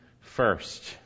first